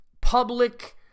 public